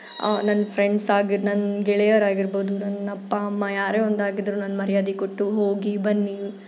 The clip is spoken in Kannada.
ನನ್ನ ಫ್ರೆಂಡ್ಸಾಗಿದ್ದ ನನ್ನ ಗೆಳೆಯರಾಗಿರ್ಬೋದು ನನ್ನ ಅಪ್ಪ ಅಮ್ಮ ಯಾರೇ ಒಂದು ಅಗಿದ್ರೂ ನಾನು ಮರ್ಯಾದೆ ಕೊಟ್ಟು ಹೋಗಿ ಬನ್ನಿ